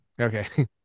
Okay